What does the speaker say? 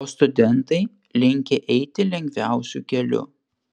o studentai linkę eiti lengviausiu keliu